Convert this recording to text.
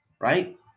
right